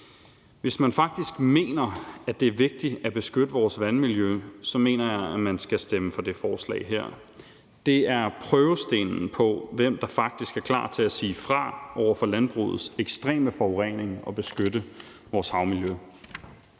Hvis man faktisk mener, at det er vigtigt at beskytte vores vandmiljø, så mener jeg, at man skal stemme for det forslag her. Det er prøvestenen for, hvem der faktisk er klar til at sige fra over for landbrugets ekstreme forurening og beskytte vores vandmiljø.